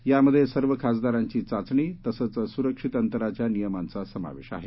यामध्ये सर्व खासदारांची चाचणी तसंच सुरक्षित अंतराच्या नियमांचा समावेश आहे